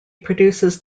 produces